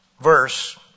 verse